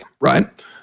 right